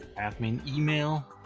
admin email.